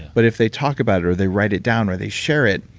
but if they talk about it or they write it down or they share it,